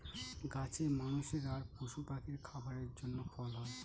গাছে মানুষের আর পশু পাখির খাবারের জন্য ফল হয়